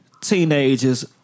teenagers